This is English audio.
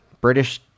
British